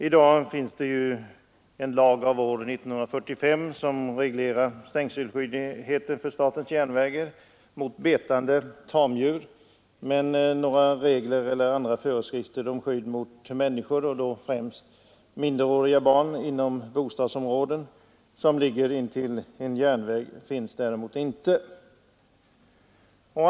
I dag har vi en lag av år 1945 som reglerar stängselskyldighet för statens järnvägar mot betande tamdjur, men några regler eller andra föreskrifter rörande skydd för människor, främst då minderåriga barn inom bostadsområden som ligger intill en järnväg, finns inte.